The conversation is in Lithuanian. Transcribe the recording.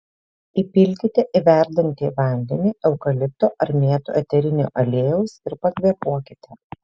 įpilkite į verdantį vandenį eukalipto ar mėtų eterinio aliejaus ir pakvėpuokite